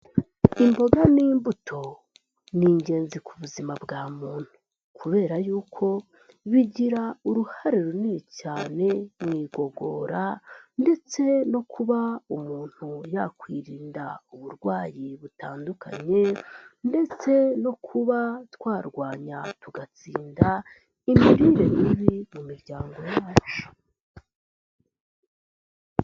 Imboga n'imbuto ni ingenzi ku buzima bwa muntu, kubera y'uko bigira uruhare runini cyane mu igogora ndetse no kuba umuntu yakwirinda uburwayi butandukanye ndetse no kuba twarwanya tugatsinda n'imirire mibi mu miryango yacu.